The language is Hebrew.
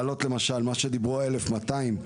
למשל מה שדיברו ה-1,200,